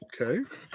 Okay